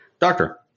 Doctor